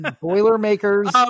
Boilermakers